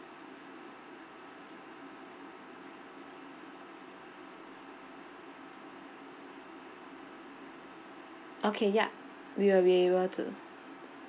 okay ya we will be able to